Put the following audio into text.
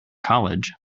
college